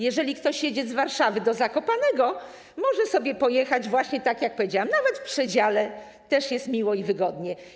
Jeżeli ktoś jedzie z Warszawy do Zakopanego, może sobie pojechać właśnie tak, jak powiedziałam, nawet w przedziale, też jest miło i wygodnie.